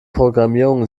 programmierung